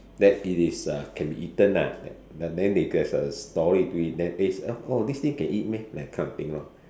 that it is uh can be eaten lah but then they has a story to eat then this oh this thing can eat meh that kind of thing lor